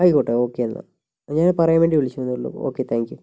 ആയിക്കോട്ടെ ഓക്കേ എന്നാൽ ഞാനത് പറയാൻ വേണ്ടി വിളിച്ചുവെന്നേയുള്ളൂ ഓക്കേ താങ്ക് യൂ